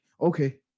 okay